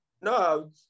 No